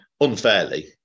unfairly